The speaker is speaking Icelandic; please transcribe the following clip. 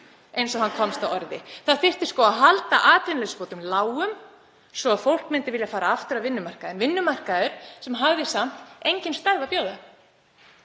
eins og hann komst að orði. Það þyrfti að halda atvinnuleysisbótum lágum svo fólk myndi vilja fara aftur á vinnumarkaðinn, vinnumarkað sem hafði samt engin störf að bjóða.